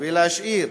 ולהשאיר